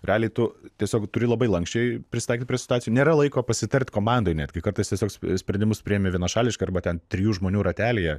realiai tu tiesiog turi labai lanksčiai prisitaikyt prie situacijų nėra laiko pasitart komandoj netgi kartais tiesiog sprendimus priimi vienašališkai arba ten trijų žmonių ratelyje